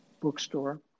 bookstore